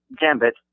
Gambit